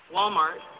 Walmart